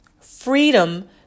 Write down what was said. Freedom